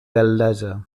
gal·lesa